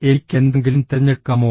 എനിക്ക് എന്തെങ്കിലും തിരഞ്ഞെടുക്കാമോ